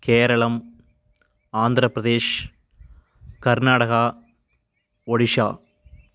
Keralam Andhra Pradesh Karnataka Odisha